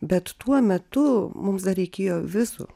bet tuo metu mums dar reikėjo vizų